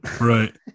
Right